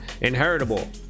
inheritable